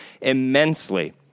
immensely